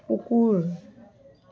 কুকুৰ